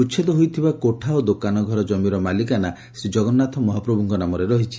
ଉଛେଦ ହୋଥିବା କୋଠା ଓ ଦୋକାନ ଘର କମିର ମାଲିକାନା ଶ୍ରୀଜଗନ୍ନାଥ ମହାପ୍ରଭୁଙ୍କ ନାମରେ ରହିଛି